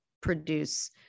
produce